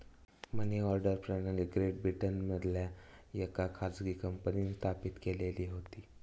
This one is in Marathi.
मनी ऑर्डर प्रणाली ग्रेट ब्रिटनमधल्या येका खाजगी कंपनींन स्थापित केलेली होती